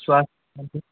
स्वास्थ्य सम्बंधित